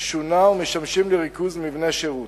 שונה ומשמשים לריכוז מבני שירות.